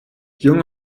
jung